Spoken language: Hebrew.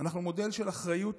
אנחנו מודל של אחריות